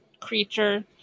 creature